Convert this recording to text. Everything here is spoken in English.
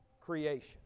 creation